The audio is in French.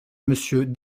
monsieur